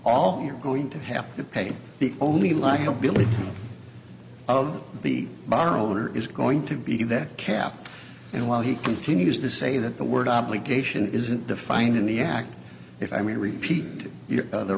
all you're going to have to pay the only likability of the bar owner is going to be that cap and while he continues to say that the word obligation isn't defined in the act if